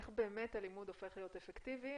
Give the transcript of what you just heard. איך באמת הלימוד הופך להיות אפקטיבי.